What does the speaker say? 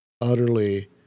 utterly